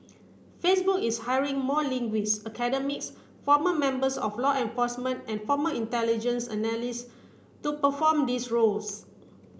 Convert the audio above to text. Facebook is hiring more linguist academics former members of law enforcement and former intelligence to perform these roles